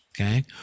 okay